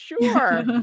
sure